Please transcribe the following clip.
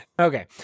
Okay